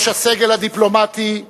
ראש הסגל הדיפלומטי,